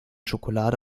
schokolade